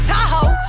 Tahoe